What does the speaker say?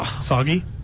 Soggy